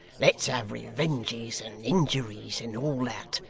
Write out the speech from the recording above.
let's have revenges and injuries, and all that,